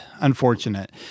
unfortunate